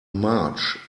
march